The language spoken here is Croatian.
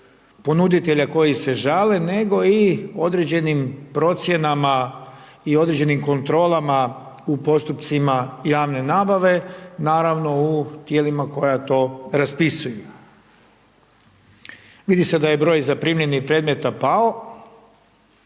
ponuditelja koji se žale nego i određenim procjenama i određenim kontrolama u postupcima javne nabave, naravno u tijelima koja to raspisuju. Vidi se da je broj zaprimljenih predmeta pao,